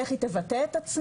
איך היא תבטא את עצמה,